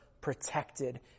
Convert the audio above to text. protected